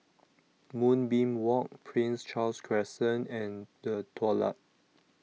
Moonbeam Walk Prince Charles Crescent and The Daulat